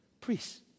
Priests